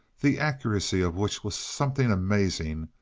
the accuracy of which was something amazing,